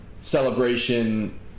celebration